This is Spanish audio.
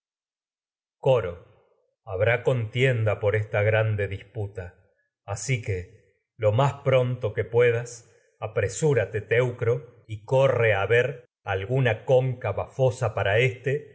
coro habrá contienda por grande disputa asi que lo más pronto que puedas apresúrate teucro en y corre a ver alguna cóncava que fosa para éste